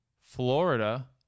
Florida